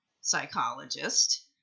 psychologist